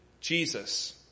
Jesus